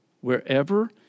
wherever